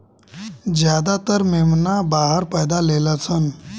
ज्यादातर मेमना बाहर पैदा लेलसन